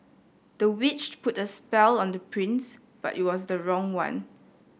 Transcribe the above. the witch put a spell on the prince but it was the wrong one